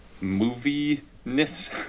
movie-ness